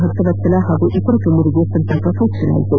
ಭಕ್ತವತ್ಸಲ ಹಾಗೂ ಇತರ ಗಣ್ಯರಿಗೆ ಸಂತಾಪ ಸೂಚಿಸಲಾಯಿತು